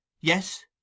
Yes